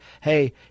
hey